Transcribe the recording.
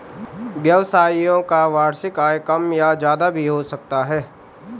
व्यवसायियों का वार्षिक आय कम या ज्यादा भी हो सकता है